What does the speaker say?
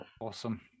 Awesome